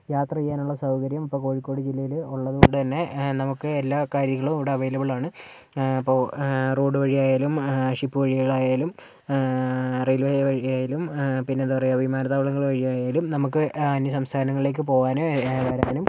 യാത്ര ചെയ്യാനുള്ള സൗകര്യം ഇപ്പോൾ കോഴിക്കോട് ജില്ലയില് ഉള്ളത് കൊണ്ട് തന്നെ നമുക്ക് എല്ലാ കാര്യങ്ങളും ഇവിടെ അവൈലബിൾ ആണ് ഇപ്പോൾ റോഡ് വഴി ആയാലും ഷിപ്പ് വഴി ആയാലും റെയിൽവേ വഴി ആയാലും പിന്നെ എന്താ പറയുക വിമാനത്താവളം വഴി ആയാലും നമുക്ക് അന്യസംസ്ഥാനങ്ങളിലേക്ക് പോകാനും വരാനും